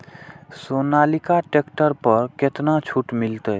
Sonalika tractor पर केतना छूट मिलते?